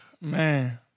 Man